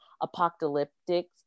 apocalyptic